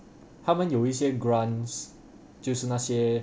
他们有一些 grants 就是那些